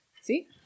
See